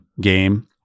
game